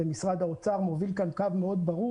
משרד האוצר מוביל כאן קו ברור מאוד.